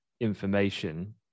information